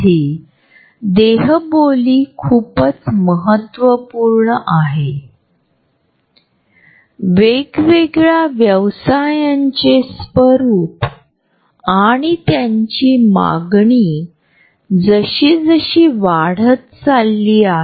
पुढचा झोन आमच्या वैयक्तिक जागेचा आहे जो १८ ते ४८ इंच पर्यंत आहे